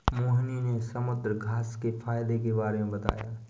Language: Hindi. मोहिनी ने समुद्रघास्य के फ़ायदे के बारे में बताया